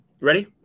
Ready